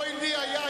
אוי לי היה,